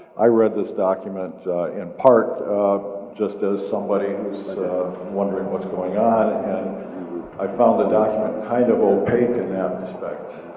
i read this document in part just as somebody who's wondering what's going on and i found the document kind of opaque in that respect.